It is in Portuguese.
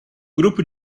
grupo